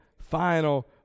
final